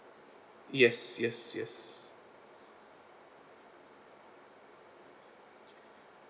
yes yes yes